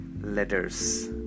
letters